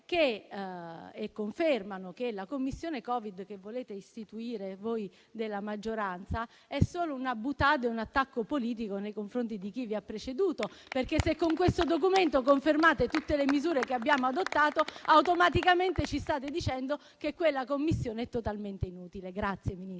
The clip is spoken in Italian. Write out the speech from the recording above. e confermano che la Commissione Covid che volete istituire voi della maggioranza è solo una *boutade* e un attacco politico nei confronti di chi vi ha preceduto. Se infatti con questo documento confermate tutte le misure che abbiamo adottato, automaticamente ci state dicendo che quella Commissione è totalmente inutile. Grazie.